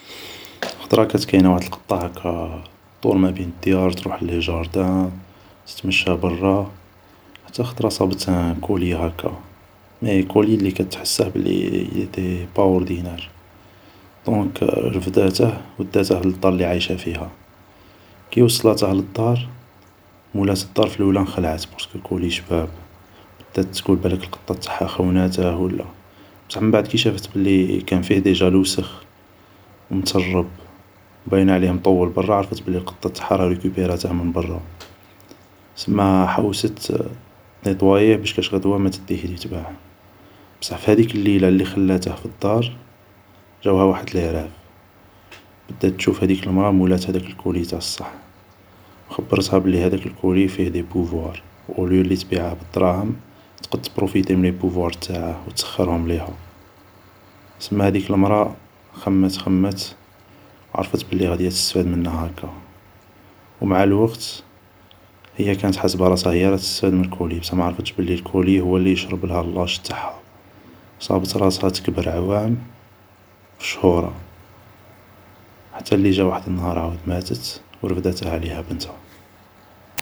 خطرة كانت كاينة قطة هاكة تدور ما بين ديار ، تروح لي جاردان ، تتمشى برا ، حتى خطرا صابت ان كولي هاكا ، مي كولي الي كانت تحسه بلي اليتي با اوردينار ، دونك رفداته و داته للدار اللي عايشة فيها ، كي وصلاته للدار ، مولاة الدار في اللولة نخلعة بارسكو كولي شباب ، بدات تقول بلاك القطة تاعها خوناته ولا ، بصح من بعد كي شافت بلي كان فيه ديجا لوسخ ، مترب ، باينة عليه مطول برة ، عرفت بلي القطة تاعها ريكيبيراته من برة ، سما حوست تنيطواييه كاش ما غدوا تديه يتباع ، بصح في هديك الليلة اللي خلاته في الدار ، جاوها واحد لي راف ، بدات تشوف هديك لمرا مولات هداك كولي تاع صح ، و خبرتها بلي هداك الكولي فيه دي بوفوار ، و اوليو لي تبيعه بالدراهم ، تقد تبروفيتي من لي بوفوار تاعه ، و تسخرهم ليها ، سما هاديك لمرا خمت خمت عرفت بلي غادية تستفاد منه هاكا ، و مع الوقت هي كانت حاسبة راسها هي راها تستفاد من الكولي ، بصح ماعرفتش بلي الكولي هو اللي يشربلها لاج تاعها و صابت راسها تكبر عوام في شهورا ، حتى اللي جا واحد النهار عاود ماتت و رفداته عليها بنتها